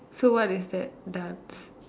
so what is that dance